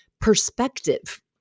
perspective